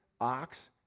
ox